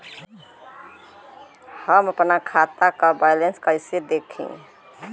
हम आपन खाता क बैलेंस कईसे देखी?